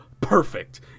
perfect